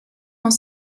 dans